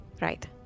Right